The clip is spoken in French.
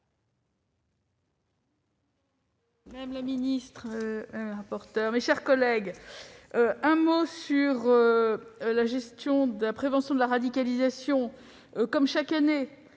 je commencerai par un mot sur la gestion de la prévention de la radicalisation. Comme chaque année,